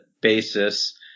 basis